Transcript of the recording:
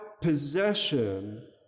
possession